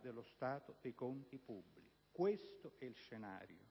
dello stato dei conti pubblici, questo è lo scenario.